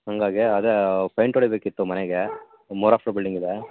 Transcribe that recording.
ಹಾಗಾಗೆ ಅದೇ ಪೇಂಟ್ ಹೊಡಿಬೇಕಿತ್ತು ಮನೆಗೆ ಮೂರು ಬಿಲ್ಡಿಂಗಿದೆ